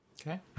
Okay